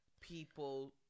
people